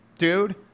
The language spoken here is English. dude